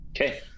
Okay